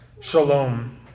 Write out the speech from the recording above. Shalom